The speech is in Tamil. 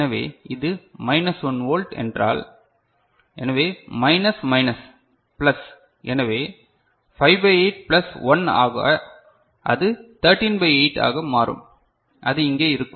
எனவே இது மைனஸ் 1 வோல்ட் என்றால் எனவே மைனஸ் மைனஸ் பிளஸ் எனவே 5 பை 8 பிளஸ் 1 ஆக அது 13 பை 8 ஆக மாறும் அது இங்கே இருக்கும்